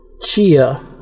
Chia